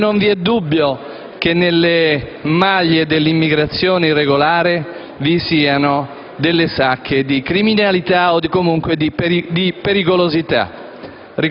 E non vi è dubbio che nelle maglie dell'immigrazione irregolare vi siano sacche di criminalità, o comunque di pericolosità.